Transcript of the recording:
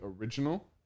original